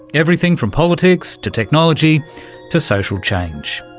everything from politics to technology to social change.